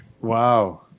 Wow